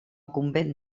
convent